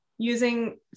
using